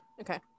Okay